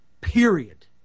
period